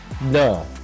no